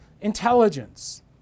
intelligence